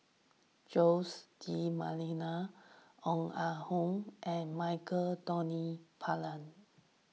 Jose D'Almeida Ong Ah Hoi and Michael Anthony Palmer